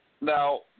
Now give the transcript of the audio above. Now